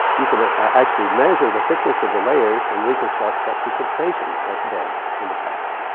you can actually measure the thickness of the layers and reconstruct what precipitation has been in the past.